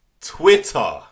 Twitter